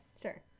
Sure